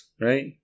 right